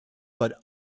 but